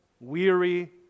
weary